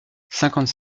cinquante